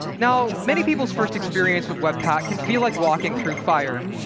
now many people's first experience with webpack can feel like walking through fire.